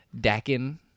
Dakin